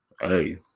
hey